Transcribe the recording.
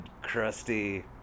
crusty